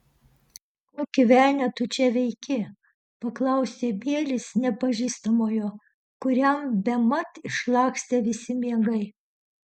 kokį velnią tu čia veiki paklausė bielis nepažįstamojo kuriam bemat išlakstė visi miegai